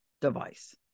device